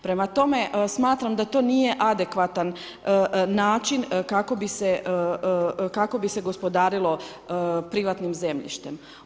Prema tome, smatram da to nije adekvatan način, kako bi se gospodarilo privatnim zemljištem.